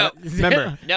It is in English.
Remember